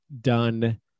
done